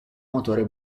motore